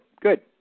good